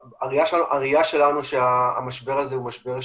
הראייה שלנו שהמשבר הזה הוא משבר,